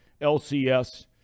LCS